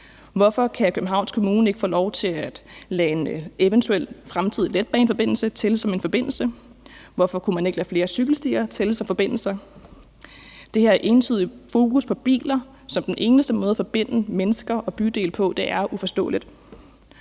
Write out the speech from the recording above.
Hvorfor kan Københavns Kommune ikke få lov til at lave en eventuel fremtidig letbaneforbindelse? Hvorfor kunne man ikke lade flere cykelstier tælle som forbindelser? Det her entydige fokus på biler som den eneste måde at forbinde mennesker og bydele på er uforståeligt.